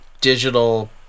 digital